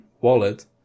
wallet